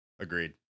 Agreed